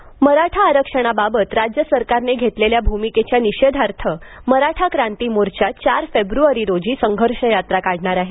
मराठा क्रांती मोर्चा मराठा आरक्षणाबाबत राज्य सरकारने घेतलेल्या भूमिकेच्या निषेधार्थ मराठा क्रांती मोर्चा चार फेब्रवारी रोजी संघर्ष यात्रा काढणार आहे